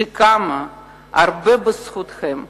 שקמה הרבה בזכותכם,